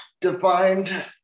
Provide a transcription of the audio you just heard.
defined